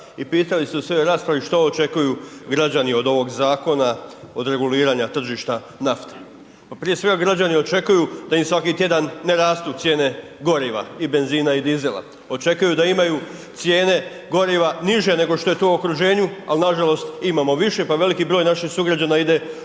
i pitali su se u raspravi što očekuju građani od ovog zakona, od reguliranja tržišta nafte. Pa prije svega, građani očekuju da im svaki tjedan ne rastu cijene goriva i benzina i dizela. Očekuju da imaju cijene goriva niže nego što je to u okruženju, ali nažalost imamo više pa veliki broj naših sugrađana ide